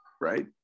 right